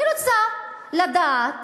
אני רוצה לדעת